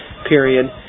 Period